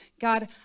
God